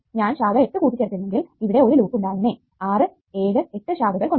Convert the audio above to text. ഞാൻ ശാഖ 8 കൂട്ടിച്ചേർത്തിരുന്നെങ്കിൽ ഇവിടെ ഒരു ലൂപ്പ് ഉണ്ടായേനെ 6 7 8 ശാഖകൾ കൊണ്ട്